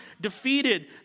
defeated